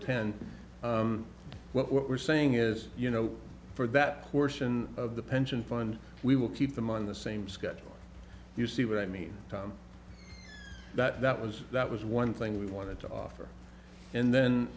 ten what we're saying is you know for that portion of the pension fund we will keep them on the same schedule you see what i mean that was that was one thing we wanted to offer and then